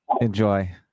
enjoy